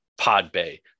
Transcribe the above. PodBay